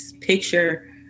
picture